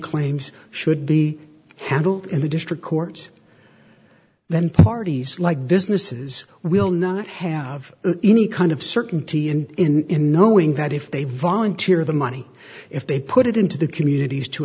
claims should be handled in the district courts then parties like businesses will not have any kind of certainty and in knowing that if they volunteer the money if they put it into the communities to